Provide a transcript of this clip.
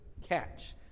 catch